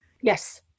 Yes